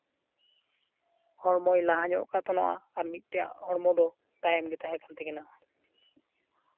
ᱦᱚᱲᱢᱚᱭ ᱞᱟᱦᱟ ᱧᱚᱜ ᱠᱟᱛ ᱛᱷᱚᱲᱟ ᱟᱨ ᱢᱤᱫᱴᱮᱱ ᱦᱚᱲᱢᱚ ᱫᱚ ᱛᱟᱭᱚᱢ ᱜᱮ ᱛᱟᱦᱮᱸ ᱠᱟᱱ ᱛᱟᱹᱠᱤᱱᱟ